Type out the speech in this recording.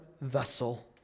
vessel